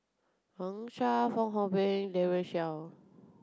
Wang Sha Fong Hoe Beng Daren Shiau